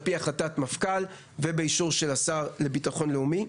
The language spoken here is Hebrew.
בהחלטת מפכ״ל ובאישור השר לביטחון לאומי,